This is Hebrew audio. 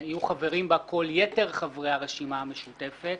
שיהיו חברים בה כל יתר חברי הרשימה המשותפת,